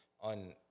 on